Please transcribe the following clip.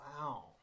Wow